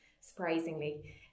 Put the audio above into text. surprisingly